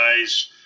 guys